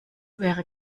wäre